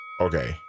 Okay